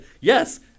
yes